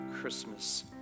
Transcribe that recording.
Christmas